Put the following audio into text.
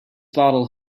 bottle